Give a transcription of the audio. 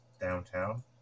downtown